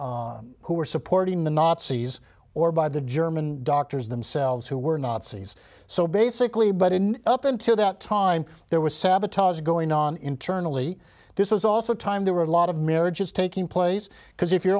who were supporting the nazis or by the german doctors themselves who were nazis so basically but in up until that time there was sabotage going on internally this was also time there were a lot of marriages taking place because if you're